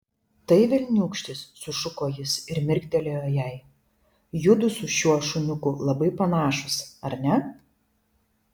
tai velniūkštis sušuko jis ir mirktelėjo jai judu su šiuo šuniuku labai panašūs ar ne